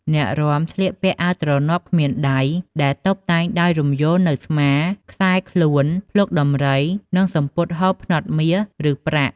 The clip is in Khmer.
អ្នករាំស្លៀកពាក់អាវទ្រនាប់គ្មានដៃ ដែលតុបតែងដោយរំយោលនៅស្មា ខ្សែខ្លួន ភ្លុកដំរី និងសំពត់ហូលផ្នត់មាស ឬប្រាក់។